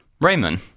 Raymond